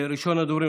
ראשון הדוברים,